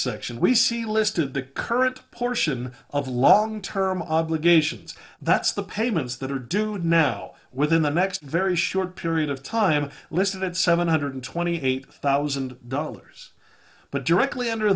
section we see listed the current portion of long term obligations that's the payments that are due now within the next very short period of time listed at seven hundred twenty eight thousand dollars but directly under